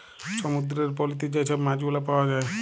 সমুদ্দুরের পলিতে যে ছব মাছগুলা পাউয়া যায়